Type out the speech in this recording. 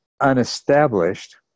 unestablished